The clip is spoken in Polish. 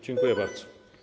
Dziękuję bardzo.